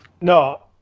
no